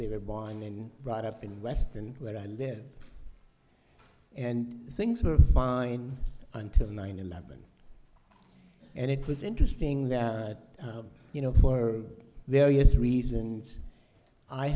were born and brought up in western where i lived and things were fine until nine eleven and it was interesting that you know for various reasons i